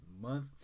Month